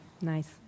nice